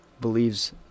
believes